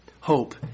hope